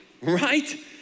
Right